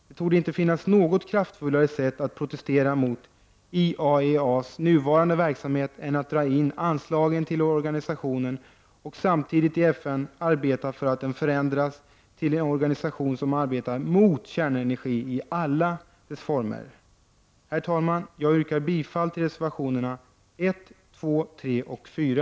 Det torde inte finnas något kraftfullare sätt att protestera mot IAEA:s nuvarande verksamhet än att dra in anslagen till organisationen och samtidigt i FN arbeta för att den förändras till en organisation som arbetar mot kärnenergi i alla dess former. Herr talman! Jag yrkar bifall till reservationerna 1, 2, 3 och 4.